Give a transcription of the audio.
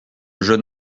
jeune